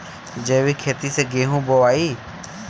जैविक खेती से गेहूँ बोवाई